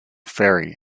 ferry